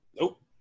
Nope